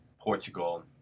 Portugal